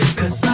Cause